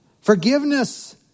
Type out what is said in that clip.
Forgiveness